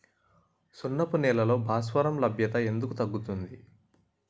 సున్నపు నేలల్లో భాస్వరం లభ్యత ఎందుకు తగ్గుతుంది?